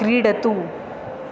क्रीडतु